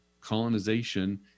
colonization